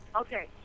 okay